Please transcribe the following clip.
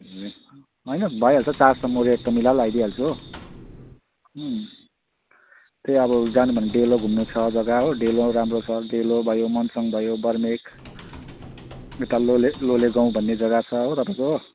ए होइन भइहाल्छ चार्ज त म एकदम मिलाएर लगाइदिइहाल्छु हो अँ ए अब जानु भयो भने डेलो घुम्नु छ जग्गा हो डेलो पनि राम्रो छ डेलो भयो मोनसङ भयो बर्मेक उता लोले लोलेगाउँ भन्ने जग्गा छ हो तपाईँको